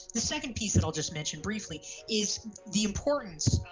the second piece and i'll just mention briefly is the importance